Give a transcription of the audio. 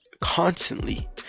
constantly